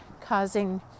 causing